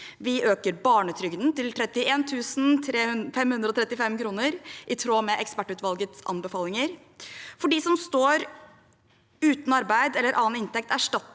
Vi øker barnetrygden til 31 535 kr, som er i tråd med ekspertutvalgets anbefaling. For dem som står uten arbeid eller annen inntekt, erstatter